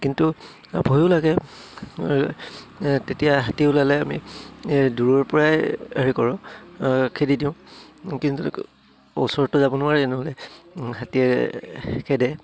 কিন্তু ভয়ো লাগে তেতিয়া হাতী ওলালে আমি দূৰৰপৰাই হেৰি কৰোঁ খেদি দিওঁ কিন্তু ওচৰতটো যাব নোৱাৰেই নহ'লে হাতীয়ে খেদে